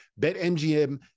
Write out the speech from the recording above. BetMGM